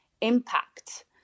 impact